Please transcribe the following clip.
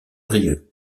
brieuc